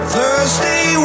Thursday